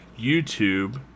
YouTube